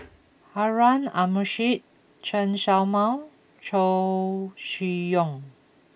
Harun Aminurrashid Chen Show Mao Chow Chee Yong